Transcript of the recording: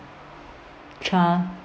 child